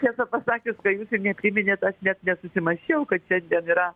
tiesą pasakius tai jūs ir nepriminėt tad net nesusimąsčiau kad šiandien yra